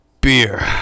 beer